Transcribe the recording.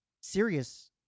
serious